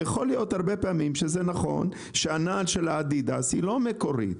יכול להיות הרבה פעמים שהנעל של האדידס לא מקורית.